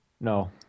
No